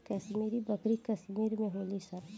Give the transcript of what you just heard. कश्मीरी बकरी कश्मीर में होली सन